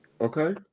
Okay